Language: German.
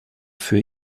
für